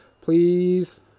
Please